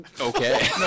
okay